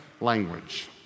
language